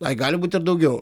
ai gali būt ir daugiau